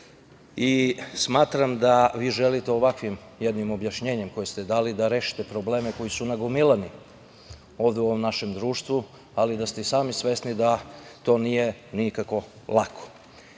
Smatram da vi želite ovakvim jednim objašnjenjem koje ste dali da rešite probleme koji su nagomilani ovde u našem društvu, ali da ste i sami svesni da to nije nikako lako. Sami